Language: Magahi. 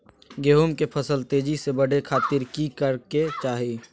गेहूं के फसल तेजी से बढ़े खातिर की करके चाहि?